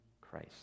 Christ